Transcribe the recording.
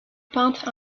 peintre